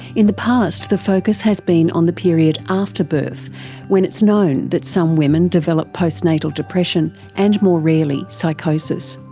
in the past the focus has been on the period after the birth when it's known that some women develop postnatal depression and, more rarely, psychosis.